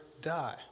die